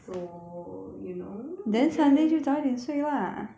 so you know